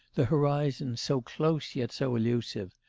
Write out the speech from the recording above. the horizon so close, yet so elusive,